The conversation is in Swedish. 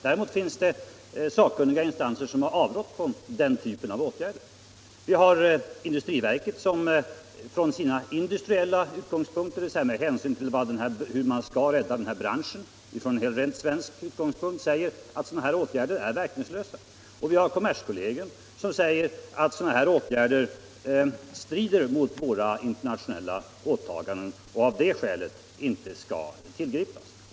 Däremot finns det sakkunniga instanser som avrått från den typen av åtgärder. Vi har industriverket som från sina industriella utgångspunkter — man har bedömt frågan från rent svensk utgångspunkt och frågat sig hur man skall rädda den här branschen — säger att importbegränsande åtgärder är verkningslösa. Vi har kommerskollegium som säger att sådana åtgärder strider mot våra internationella åtaganden och av det skälet inte skall tillgripas.